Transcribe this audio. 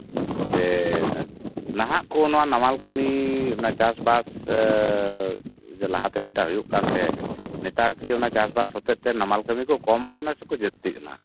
ᱡᱮ ᱱᱟᱦᱟᱜ ᱠᱚ ᱱᱚᱶᱟ ᱱᱟᱱᱟᱞ ᱠᱟᱹᱢᱤ ᱨᱮᱭᱟᱜ ᱪᱟᱥᱵᱟᱥ ᱞᱟᱦᱟᱛᱮ ᱡᱮᱴᱟ ᱦᱩᱭᱩᱜ ᱠᱟᱱ ᱛᱟᱦᱮᱸ ᱱᱮᱛᱟᱨ ᱠᱤ ᱚᱱᱟ ᱪᱟᱥᱵᱟᱥ ᱦᱚᱛᱮᱛᱮ ᱱᱟᱢᱟᱞ ᱠᱟᱹᱢᱤ ᱠᱚ ᱠᱚᱢ ᱟᱠᱟᱱᱟ ᱥᱮᱠᱚ ᱡᱟᱹᱥᱛᱤ ᱠᱟᱱᱟ